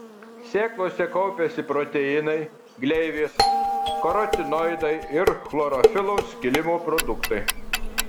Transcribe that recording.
sėklose kaupiasi proteinai gleivės karotinoidai ir chlorofilo skilimo produktai